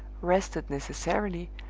rested, necessarily,